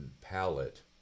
palette